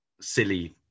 silly